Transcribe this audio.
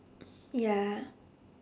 ya